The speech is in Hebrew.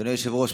אדוני היושב-ראש,